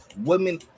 women